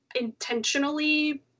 intentionally